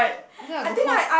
I think I'll go home